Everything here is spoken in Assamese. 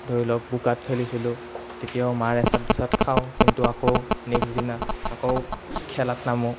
ধৰি লওক বোকাত খেলিছিলোঁ তেতিয়াও মাৰ এচাট দুচাট খাওঁ কিন্তু আকৌ নেক্সট দিনা আকৌ খেলাত নামো